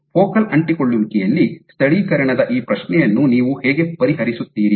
focal ಅಂಟಿಕೊಳ್ಳುವಿಕೆಯಲ್ಲಿ ಸ್ಥಳೀಕರಣದ ಈ ಪ್ರಶ್ನೆಯನ್ನು ನೀವು ಹೇಗೆ ಪರಿಹರಿಸುತ್ತೀರಿ